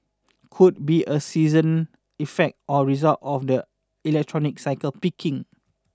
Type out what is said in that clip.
could be a season effect or result of the electronics cycle peaking